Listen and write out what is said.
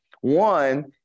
one